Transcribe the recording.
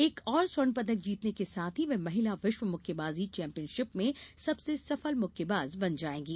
एक और स्वर्ण पदक जीतने के साथ ही वह महिला विश्व मुक्केबाजी चैंपियनशिप में सबसे सफल मुक्केबाज बन जाएंगी